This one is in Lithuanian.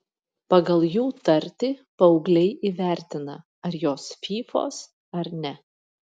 pagal jų tartį paaugliai įvertina ar jos fyfos ar ne